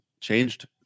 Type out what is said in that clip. changed